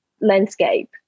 landscape